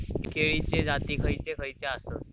केळीचे जाती खयचे खयचे आसत?